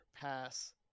pass